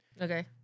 Okay